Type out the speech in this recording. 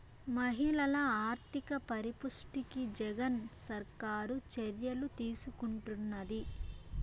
మహిళల ఆర్థిక పరిపుష్టికి జగన్ సర్కారు చర్యలు తీసుకుంటున్నది